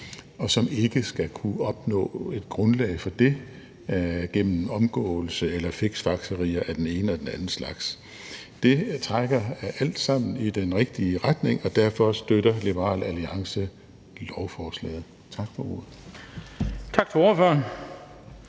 og som ikke skal kunne opnå et grundlag for det gennem omgåelse eller fiksfakserier af den ene og den anden slags. Det trækker alt sammen i den rigtige retning, og derfor støtter Liberal Alliance lovforslaget. Tak for ordet. Kl. 14:23 Den